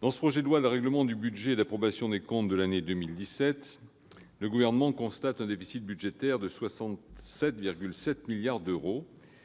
au travers de ce projet de loi de règlement du budget et d'approbation des comptes de l'année 2017, le Gouvernement constate un déficit budgétaire de 67,7 milliards d'euros,